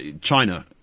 China